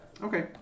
Okay